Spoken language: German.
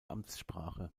amtssprache